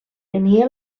tenia